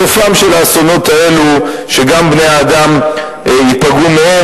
סופם של האסונות האלו שגם בני האדם ייפגעו מהם.